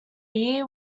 year